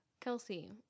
Kelsey